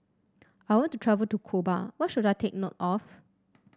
I want to travel to Cuba what should I take note of